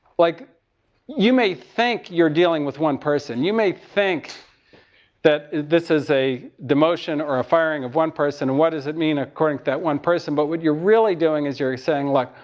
like you may think you're dealing with one person. you may think that this is a demotion, or a firing of one person, and what does it mean according to that one person. but what you're really doing is you're saying look.